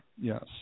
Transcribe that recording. Yes